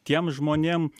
tiem žmonėm